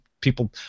people